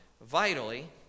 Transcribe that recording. vitally